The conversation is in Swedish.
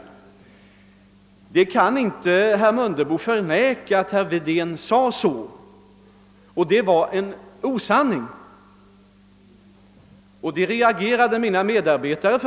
Herr Mundebo kan inte förneka att herr Wedén sade det. Det var en osanning och det reagerade mina medarbetare mot.